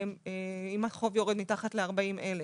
אם החוב יורד מתחת ל-40,000,